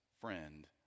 friend